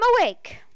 awake